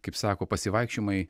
kaip sako pasivaikščiojimai